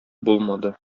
булмады